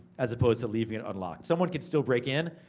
as opposed to leaving it unlocked. someone could still break in,